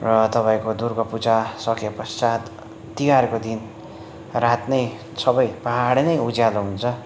र तपाईँको दुर्गा पूजा सकिए पश्चात तिहारको दिन रात नै सबै पाहाड नै उज्यालो हुन्छ